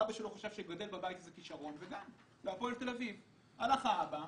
הלך האבא,